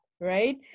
right